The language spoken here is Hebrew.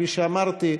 כפי שאמרתי,